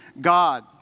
God